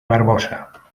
barbosa